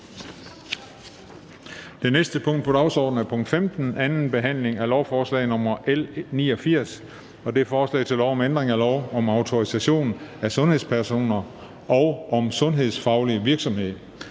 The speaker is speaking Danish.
Det næste punkt på dagsordenen er: 15) 2. behandling af lovforslag nr. L 89: Forslag til lov om ændring af lov om autorisation af sundhedspersoner og om sundhedsfaglig virksomhed.